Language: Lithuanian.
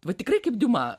va tikrai kaip diuma